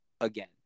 again